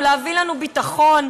ולהביא לנו ביטחון.